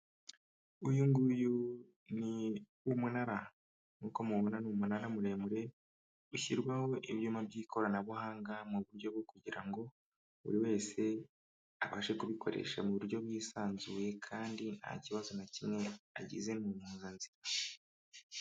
Uyu nguyu ni umunara, nk'uko mubibona ni umunara muremure ushyirwaho ibyuma by'ikoranabuhanga, mu buryo bwo kugira ngo buri wese abashe kubikoresha mu buryo bwisanzuye kandi nta kibazo na kimwe agize mu ihuzanzira.